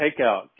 takeout